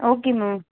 okay ma'am